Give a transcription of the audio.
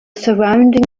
surrounding